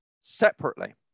separately